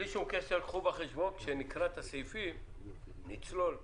בלי שום קשר, כשנקרא את הסעיפים נצלול לתוכן.